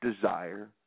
desire